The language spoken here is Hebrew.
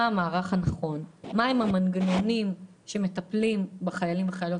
הנכון, מהם המנגנונים שמטפלים בחיילים שבימ"ל,